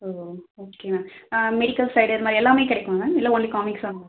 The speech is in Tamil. ஓ oh okay ma'am medical side இதுமாதிரி எல்லாமே கிடைக்குமா மேம் இல்லை ஒன்லி காமிக்ஸா